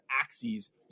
axes